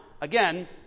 again